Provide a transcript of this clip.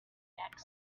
accent